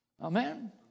Amen